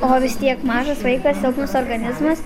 o vis tiek mažas vaikas silpnas organizmas